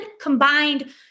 combined